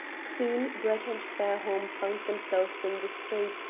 soon brett and fairholme found themselves in the street,